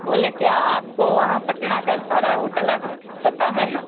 बोलें क्या आपको वहाँ पटना का सारे होटल और पता है ना